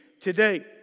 today